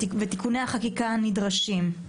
ואת תיקוני החקיקה הנדרשים.